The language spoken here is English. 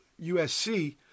USC